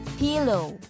pillow